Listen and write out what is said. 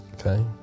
Okay